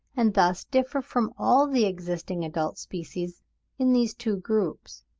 and thus differ from all the existing adult species in these two groups.